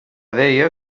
deia